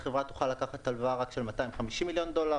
שמוכן להעמיד 250 מיליון דולר?